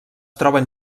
troben